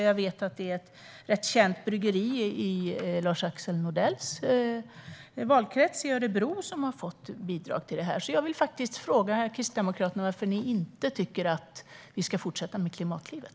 Jag vet att det är ett rätt känt bryggeri i Lars-Axel Nordells valkrets, Örebro, som har fått bidrag till detta. Jag vill faktiskt fråga Kristdemokraterna: Varför tycker ni inte att vi ska fortsätta med Klimatklivet?